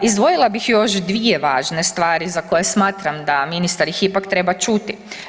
Izdvojila bih još dvije važne stvari za koje smatram da ministar ih ipak treba čuti.